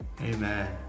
amen